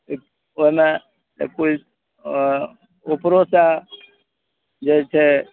ओहिमे कोइ उपरोसे जे छै